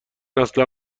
اصلا